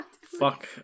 Fuck